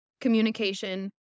communication